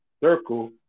Circle